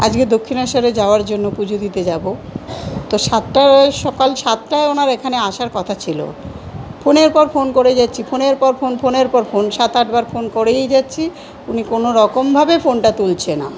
আজকে দক্ষিণেশ্বরে যাওয়ার জন্য পুজো দিতে যাবো তো সাতটায় সকাল সাতটায় আমর এখানে আসার কথা ছিল ফোনের পর ফোন করে যাচ্ছি ফোনের পর ফোন ফোনের পর ফোন সাত আট বার ফোন করেই যাচ্ছি উনি কোনো রকমভাবে ফোনটা তুলছে না